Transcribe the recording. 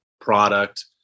product